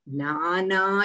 nana